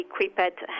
equipped